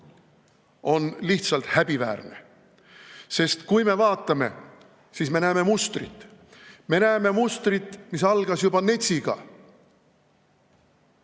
on lihtsalt häbiväärne. Kui me vaatame, siis me näeme mustrit. Me näeme mustrit, mis algas juba NETS-iga.